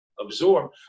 absorb